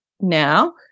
now